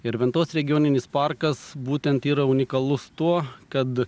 ir ventos regioninis parkas būtent yra unikalus tuo kad